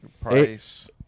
price